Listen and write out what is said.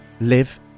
live